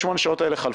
48 השעות האלה חלפו.